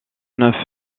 neuf